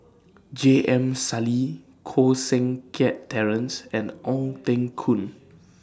J M Sali Koh Seng Kiat Terence and Ong Teng Koon